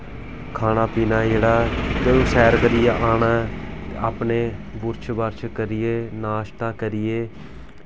खाना पीना जेह्ड़ा ते ओह् सैर करियै आना ऐ ते अपने बुर्श बार्श करियै नाश्ता करियै